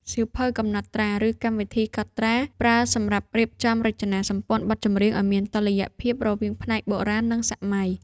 សៀវភៅកំណត់ត្រា ឬកម្មវិធីកត់ត្រា ប្រើសម្រាប់រៀបចំរចនាសម្ព័ន្ធបទចម្រៀង ឱ្យមានតុល្យភាពរវាងផ្នែកបុរាណ និងសម័យ។